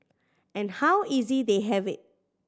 and how easy they have it